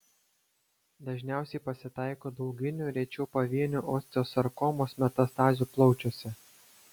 dažniausiai pasitaiko dauginių rečiau pavienių osteosarkomos metastazių plaučiuose